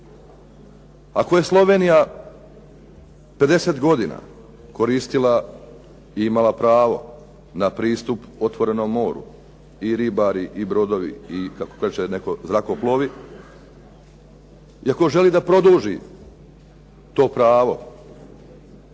Ako je Slovenija 50 godina koristila i imala pravo na pristup otvorenom moru i ribari, i brodovi i kako kaže netko zrakoplovi, i ako želi da produži to pravo,